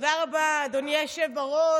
תודה רבה, אדוני היושב-ראש.